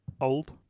old